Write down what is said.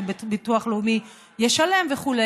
וביטוח לאומי ישלם וכו'.